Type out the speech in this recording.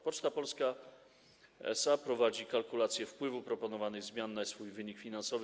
Poczta Polska SA prowadzi kalkulacje wpływu proponowanych zmian na swój wynik finansowy.